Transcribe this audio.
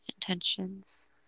intentions